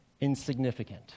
insignificant